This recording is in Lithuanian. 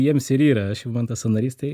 jiems ir yra išimantas sąnarys tai